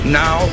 now